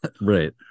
Right